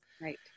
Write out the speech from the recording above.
Right